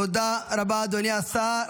תודה רבה אדוני השר.